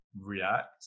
react